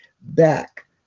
back